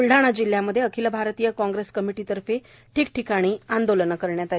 ब्लढाणा जिल्ह्यामध्ये अखिल भारतीय काँग्रेस कमिटी तर्फे ठीक ठिकाणी आंदोलने करण्यात आली